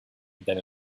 than